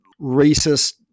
racist